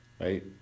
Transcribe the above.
right